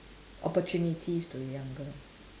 opportunities to younger